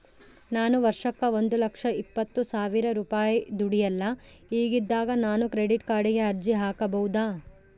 ನಾನು ವರ್ಷಕ್ಕ ಒಂದು ಲಕ್ಷ ಇಪ್ಪತ್ತು ಸಾವಿರ ರೂಪಾಯಿ ದುಡಿಯಲ್ಲ ಹಿಂಗಿದ್ದಾಗ ನಾನು ಕ್ರೆಡಿಟ್ ಕಾರ್ಡಿಗೆ ಅರ್ಜಿ ಹಾಕಬಹುದಾ?